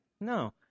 No